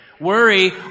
Worry